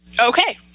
Okay